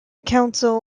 council